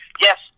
Yes